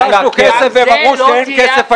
כל הזמן שביקשנו כסף, הם אמרו שאין כסף.